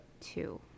two